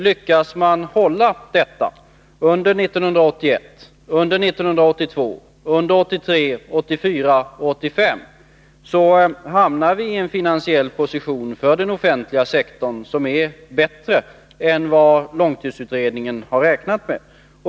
Lyckas man hålla detta under 1981, 1982, 1983, 1984 och 1985, så är det klart att vi hamnar i en finansiell position för den offentliga sektorn som är bättre än vad långtidsutredningen har räknat med.